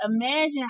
imagine